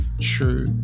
true